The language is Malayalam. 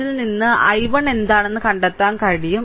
അതിൽ നിന്ന് I1 എന്താണെന്ന് കണ്ടെത്താൻ കഴിയും